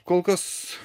kol kas